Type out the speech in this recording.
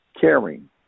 caring